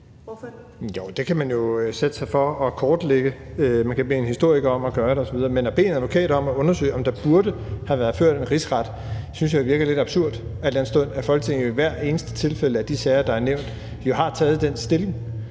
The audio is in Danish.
(S): Jo, det kan man jo sætte sig for at kortlægge. Man kan bede en historiker om at gøre det osv., men at bede en advokat om at undersøge, om der burde have været ført en rigsretssag, synes jeg virker lidt absurd, al den stund at Folketinget i hvert eneste tilfælde af de sager, der er nævnt, jo har taget den stilling,